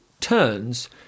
turns